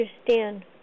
understand